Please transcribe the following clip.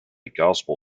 gospel